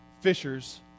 fishers